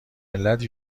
علت